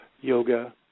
yoga